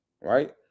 right